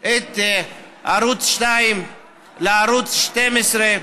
את ערוץ 2 לערוץ 12,